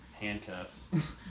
handcuffs